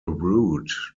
route